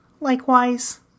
Likewise